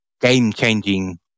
Game-changing